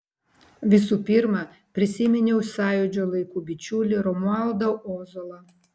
visų pirma prisiminiau sąjūdžio laikų bičiulį romualdą ozolą